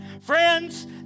Friends